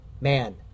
man